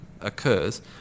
occurs